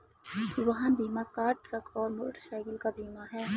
वाहन बीमा car, truck और मोटरसाइकिल का बीमा है